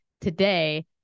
today